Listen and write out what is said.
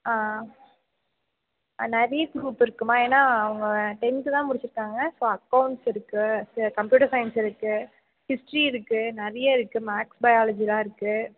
ஆ நிறைய க்ரூப் இருக்குமா ஏன்னால் அவங்க டென்த்து தான் முடிச்சுருக்காங்க ஸோ அக்கெளன்ஸ் இருக்குது சு கம்ப்யூட்டர் சைன்ஸ் இருக்குது ஹிஸ்ட்ரி இருக்குது நிறைய இருக்குது மாக்ஸ் பயாலஜியெலாம் இருக்குது